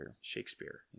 Shakespeare